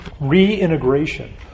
reintegration